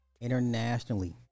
internationally